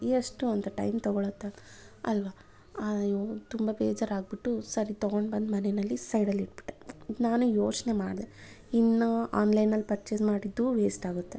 ಎಷ್ಟು ಅಂತ ಟೈಮ್ ತಗೊಳತ್ತೆ ಅಲ್ವ ಅಯ್ಯೋ ತುಂಬ ಬೇಜಾರು ಆಗಿಬಿಟ್ಟು ಸರಿ ತೊಗೊಂಡು ಬಂದು ಮನೆಯಲ್ಲಿ ಸೈಡಲ್ಲಿ ಇಟ್ಟುಬಿಟ್ಟೆ ನಾನು ಯೋಚನೆ ಮಾಡಿದೆ ಇನ್ನು ಆನ್ಲೈನಲ್ಲಿ ಪರ್ಚೆಸ್ ಮಾಡಿದ್ದು ವೇಸ್ಟ್ ಆಗುತ್ತೆ